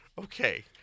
Okay